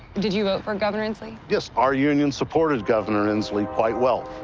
did you vote for and governor inslee? yes. our union supported governor inslee quite well.